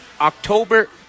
October